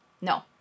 no